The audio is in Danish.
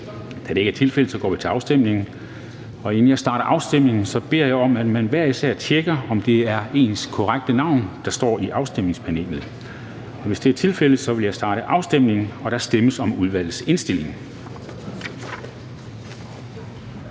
Afstemning Formanden (Henrik Dam Kristensen): Inden jeg starter afstemningen, beder jeg om, at man hver især tjekker, om det er ens korrekte navn, der står i afstemningspanelet. Hvis det er tilfældet, vil jeg starte afstemningen. Der stemmes om udvalgets indstilling.